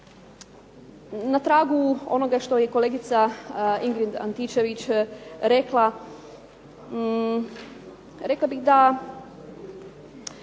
Na tragu onoga što je kolegica Ingrid Antičević rekla, rekla bih da